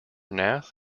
nath